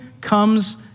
comes